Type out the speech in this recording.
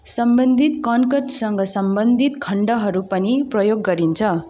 सम्बन्धित कन्कर्डसँग सम्बन्धित खण्डहरू पनि प्रयोग गरिन्छ